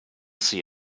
see